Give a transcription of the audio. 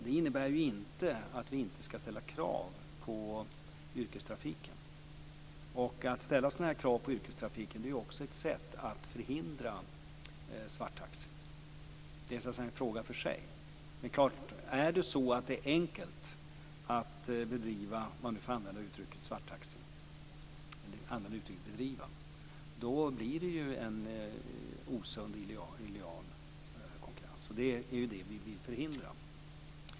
Det innebär inte att vi inte skall ställa krav på yrkestrafiken. Att ställa sådana krav på yrkestrafiken är också ett sätt att förhindra svarttaxi. Det är så att säga en fråga för sig. men om det är enkelt att "bedriva" svarttaxiverksamhet blir det ju en osund och illojal konkurrens. Det är det vi vill förhindra.